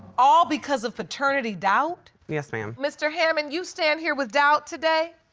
all because of paternity doubt? yes, ma'am. mr. hammond, you stand here with doubt today?